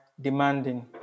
demanding